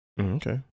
Okay